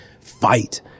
fight